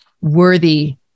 worthy